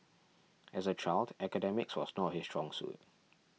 as a child academics was not his strong suit